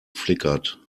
flickered